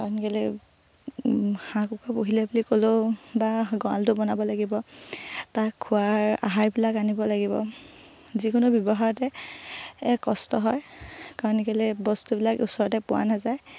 কাৰণ কেলৈ হাঁহ কুকুৰা পুহিলে বুলি ক'লেও বা গঁৰালটো বনাব লাগিব তাক খোৱাৰ আহাৰবিলাক আনিব লাগিব যিকোনো ব্যৱসায়তে কষ্ট হয় কাৰণ কেলৈ বস্তুবিলাক ওচৰতে পোৱা নাযায়